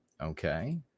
okay